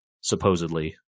supposedly